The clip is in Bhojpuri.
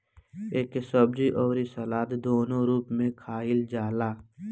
एके सब्जी अउरी सलाद दूनो रूप में खाईल जाला